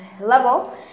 level